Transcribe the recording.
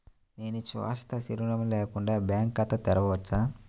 నేను శాశ్వత చిరునామా లేకుండా బ్యాంక్ ఖాతా తెరవచ్చా?